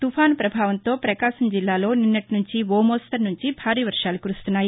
తుపాను ప్రభావంతో ప్రకాశం జిల్లాలో నిన్నటి నుంచి ఓ మోస్తరు నుంచి భారీ వర్షాలు కురుస్తున్నాయి